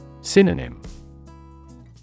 Synonym